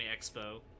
Expo